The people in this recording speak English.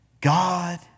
God